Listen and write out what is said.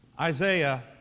Isaiah